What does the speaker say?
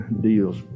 deals